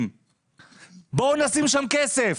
בואו נשים שם כסף.